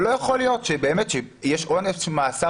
ולא יכול להיות שבאמת שיש עונש מאסר